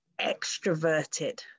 extroverted